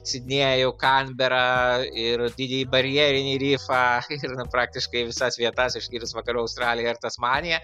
sidnėjų kanberą ir didįjį barjerinį rifą ir na praktiškai visas vietas išskyrus vakarų australiją ir tasmaniją